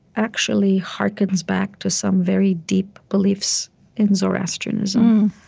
actually harkens back to some very deep beliefs in zoroastrianism.